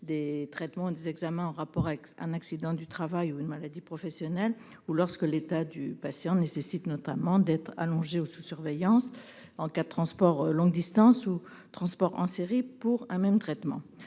; traitements ou examens en rapport avec un accident du travail ou une maladie professionnelle ; lorsque l'état du patient nécessite d'être allongé ou sous surveillance en cas de trajet de longue distance ou de transports en série pour un même traitement.